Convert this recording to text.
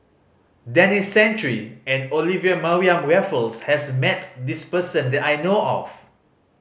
Denis Santry and Olivia Mariamne Raffles has met this person that I know of